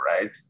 right